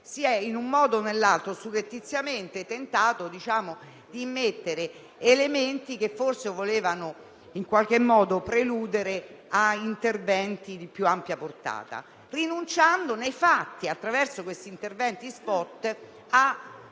si è, in un modo o nell'altro, surrettiziamente, tentato di immettere elementi che forse volevano preludere a interventi di più ampia portata, rinunciando nei fatti, attraverso questi interventi *spot*, a